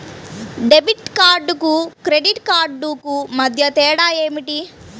Debit కార్డుకు credit కార్డుకు మధ్య తేడా ఏమిటీ?